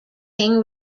king